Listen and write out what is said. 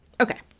okay